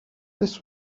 this